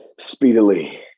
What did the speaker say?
speedily